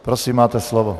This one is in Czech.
Prosím, máte slovo.